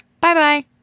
Bye-bye